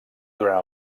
durant